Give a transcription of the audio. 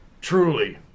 Truly